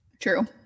True